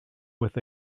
with